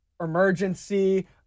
Emergency